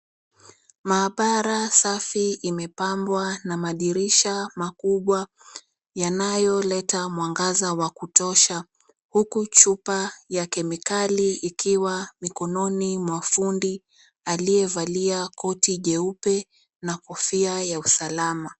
Maabara safi imepambwa na madirsha makubwa yanayoleta mwangaza wa kutosha huku chupa ya kemikali ikiwa mikononi mwa fundi aliyevalia koti jeupe na kofia ya usalama.